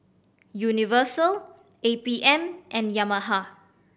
Universal A P M and Yamaha